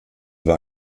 war